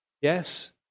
Yes